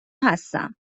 هستم